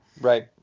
Right